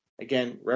again